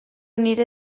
nire